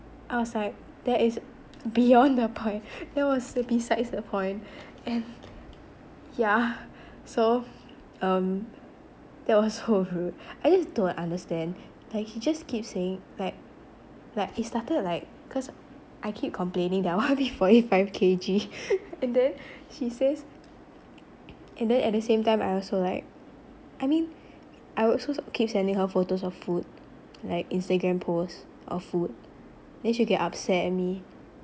I was like that is beyond the point that was besides the point and yeah so um that was so rude I just don't like understand like she just keeps saying like like it started like cause I keep complaining that I wanna be forty five K_G and then she says and then at the same time I also like I mean I would also keep sending her photos of food like instagram posts of food then she'll get upset at me